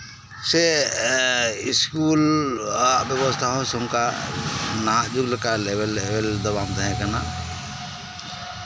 ᱥᱮ ᱥᱠᱩᱞ ᱵᱮᱵᱚᱥᱛᱟ ᱦᱚᱸ ᱥᱚᱨᱠᱟᱨᱟᱜ ᱱᱟᱦᱟᱜ ᱡᱩᱜᱽ ᱞᱮᱠᱟ ᱞᱮᱣᱮᱨᱼᱞᱮᱣᱮᱨ ᱫᱚ ᱵᱟᱝ ᱛᱟᱦᱮᱸ ᱠᱟᱱᱟ